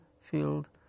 field